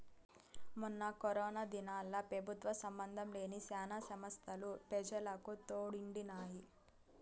మొన్న కరోనా దినాల్ల పెబుత్వ సంబందం లేని శానా సంస్తలు పెజలకు తోడుండినాయి